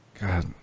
God